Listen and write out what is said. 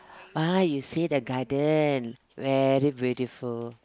why you say the garden very beautiful